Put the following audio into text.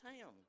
town